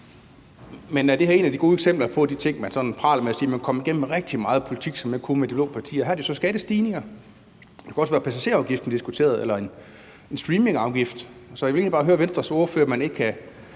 er det her et af de gode eksempler på ting, man praler med, og hvorom man siger, at man kunne komme igennem med rigtig meget politik, som man ikke kunne med de blå partier? Her er det så skattestigninger; det kunne også være passagerafgiften, vi diskuterede, eller en streamingafgift. Så jeg vil egentlig bare høre Venstres ordfører, om ikke han